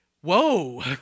whoa